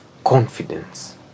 confidence